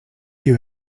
you